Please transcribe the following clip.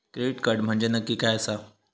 Credit card म्हंजे नक्की काय आसा?